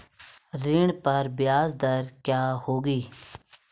ऋण पर ब्याज दर क्या होगी?